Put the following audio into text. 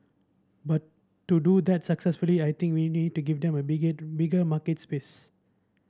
but to do that successfully I think we need to give them a bigger market space